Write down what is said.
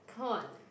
come on